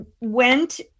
went